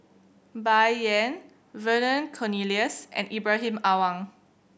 Bai Yan Vernon Cornelius and Ibrahim Awang